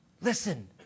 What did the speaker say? Listen